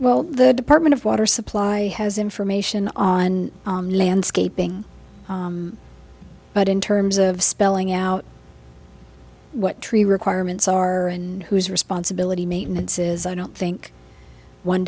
well the department of water supply has information on landscaping but in terms of spelling out what tree requirements are and whose responsibility maintenance is i don't think one